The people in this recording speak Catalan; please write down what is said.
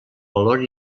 valor